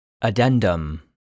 Addendum